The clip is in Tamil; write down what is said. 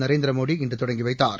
நரேந்திரமோடி இன்று தொடங்கி வைத்தார்